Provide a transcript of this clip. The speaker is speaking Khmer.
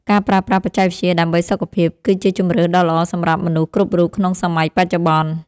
ការប្រើប្រាស់បច្ចេកវិទ្យាដើម្បីសុខភាព គឺជាជម្រើសដ៏ល្អសម្រាប់មនុស្សគ្រប់រូបក្នុងសម័យបច្ចុប្បន្ន។